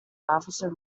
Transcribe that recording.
officer